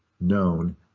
known